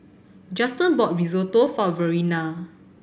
Juston bought Risotto for Verena